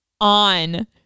on